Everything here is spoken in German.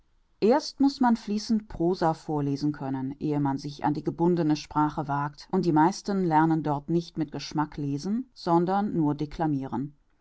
erst muß man fließend prosa vorlesen können ehe man sich an die gebundene sprache wagt und die meisten lernen dort nicht mit geschmack lesen sondern nur declamiren